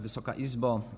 Wysoka Izbo!